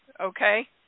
Okay